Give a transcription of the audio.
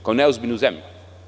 Kao neozbiljnu zemlju.